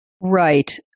Right